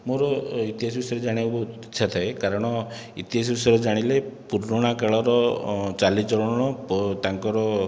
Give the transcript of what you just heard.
ମୋର ଇତିହାସ ବିଷୟରେ ଜାଣିବାକୁ ବହୁତ ଇଚ୍ଛା ଥାଏ କାରଣ ଇତିହାସ ବିଷୟରେ ଜାଣିଲେ ପୁରୁଣା କାଳର ଚାଲିଚଳନ ତାଙ୍କର